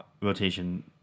rotation